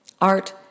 Art